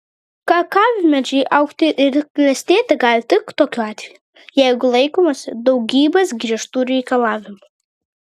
kakavmedžiai augti ir klestėti gali tik tokiu atveju jeigu laikomasi daugybės griežtų reikalavimų